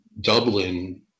Dublin